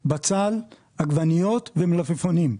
בצל, עגבניות ומלפפונים.